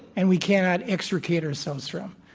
and we cannot extricate ourselves from.